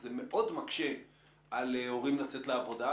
זה מאוד מקשה על ההורים לצאת לעבודה,